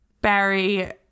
Barry